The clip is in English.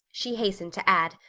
she hastened to add,